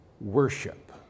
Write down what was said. Worship